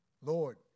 Lord